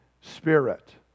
Spirit